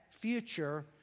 future